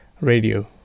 radio